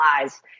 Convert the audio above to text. lies